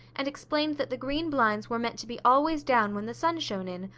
and explained that the green blinds were meant to be always down when the sun shone in,